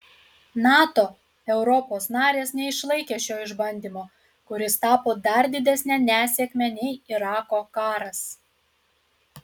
nato europos narės neišlaikė šio išbandymo kuris tapo dar didesne nesėkme nei irako karas